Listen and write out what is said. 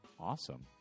Awesome